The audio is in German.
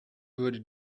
würde